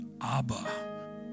Abba